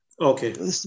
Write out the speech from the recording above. Okay